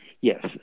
Yes